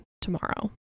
tomorrow